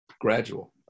gradual